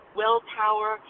willpower